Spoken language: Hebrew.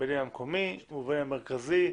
בין אם המקומי ובין אם המרכזי,